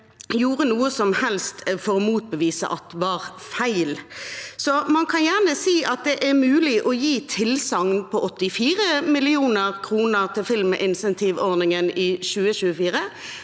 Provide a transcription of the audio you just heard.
gjorde noe som helst for å motbevise i Helgemorgen. Man kan gjerne si at det er mulig å gi tilsagn på 84 mill. kr til filminsentivordningen i 2024,